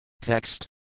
Text